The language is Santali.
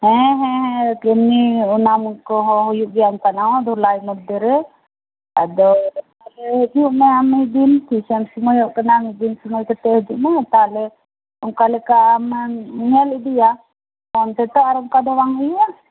ᱦᱮᱸ ᱦᱮᱸ ᱮᱢᱱᱤ ᱮᱢᱟᱱ ᱠᱚᱦᱚᱸ ᱦᱩᱭᱩᱜ ᱜᱮᱭᱟ ᱚᱱᱠᱟᱱᱟᱜ ᱦᱚᱸ ᱫᱷᱚᱞᱟᱭ ᱢᱳᱫᱷᱮ ᱨᱮ ᱟᱫᱚ ᱫᱚᱠᱟᱱ ᱨᱮ ᱦᱤᱡᱩᱜ ᱢᱮ ᱢᱤᱫ ᱫᱤᱱ ᱛᱤᱥᱮᱢ ᱥᱳᱢᱚᱭᱚᱜ ᱠᱟᱱᱟ ᱢᱤᱫ ᱫᱤᱱ ᱥᱳᱢᱚᱭ ᱠᱟᱛᱮᱫ ᱦᱤᱡᱩᱜ ᱢᱮ ᱛᱟᱦᱚᱞᱮ ᱚᱱᱠᱟ ᱞᱮᱠᱟ ᱟᱢᱮᱢ ᱧᱮᱞ ᱤᱫᱤᱭᱟ ᱯᱷᱳᱱ ᱛᱮ ᱛᱚ ᱟᱨ ᱚᱱᱠᱟ ᱫᱚ ᱵᱟᱝ ᱦᱩᱭᱩᱜᱼᱟ